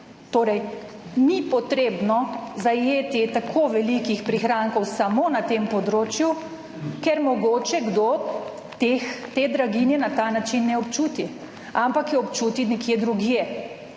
Torej, ni potrebno zajetje tako velikih prihrankov samo na tem področju, ker mogoče kdo te draginje na ta način ne občuti, ampak jo občuti nekje drugje.